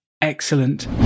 Excellent